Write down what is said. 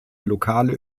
lokale